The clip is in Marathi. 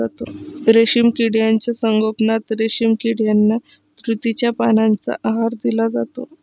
रेशीम किड्यांच्या संगोपनात रेशीम किड्यांना तुतीच्या पानांचा आहार दिला जातो